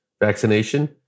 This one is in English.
vaccination